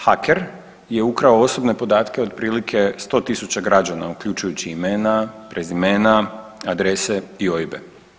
Haker je ukrao osobne podatke otprilike 100.000 građana uključujući imena, prezimena, adrese i OIB-e.